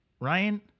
Ryan